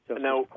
Now